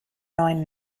neuen